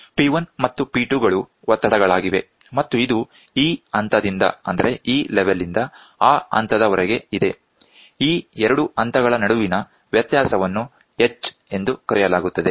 P1 ಮತ್ತು P2 ಗಳು ಒತ್ತಡಗಳಾಗಿವೆ ಮತ್ತು ಇದು ಈ ಹಂತದಿಂದ ಆ ಹಂತದವರೆಗೆ ಇದೆ ಈ ಎರಡು ಹಂತಗಳ ನಡುವಿನ ವ್ಯತ್ಯಾಸವನ್ನು H ಎಂದು ಕರೆಯಲಾಗುತ್ತದೆ